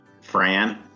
Fran